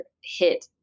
hit